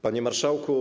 Panie Marszałku!